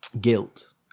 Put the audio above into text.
guilt